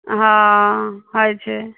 हँ होइ छै